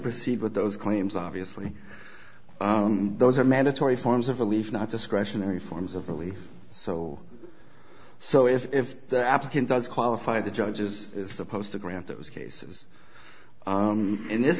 proceed with those claims obviously those are mandatory forms of relief not discretionary forms of relief so so if the applicant does qualify the judge is supposed to grant those cases in this